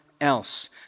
else